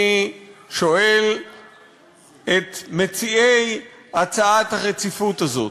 אני שואל את מציעי הצעת הרציפות הזאת: